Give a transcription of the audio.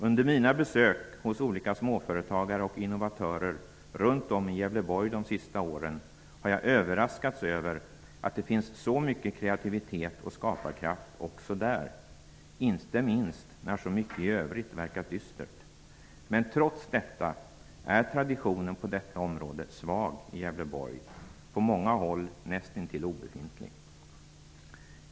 Under mina besök hos olika småföretagare och innovatörer runt om i Gävleborg de senaste åren, har jag överraskats av att det finns så mycket kreativitet och skaparkraft också där. Det är inte minst förvånande, eftersom så mycket i övrigt verkat dystert. Men trots detta är traditionen på detta område svag i Gävleborg -- på många håll nästintill obefintlig.